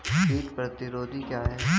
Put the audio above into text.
कीट प्रतिरोधी क्या है?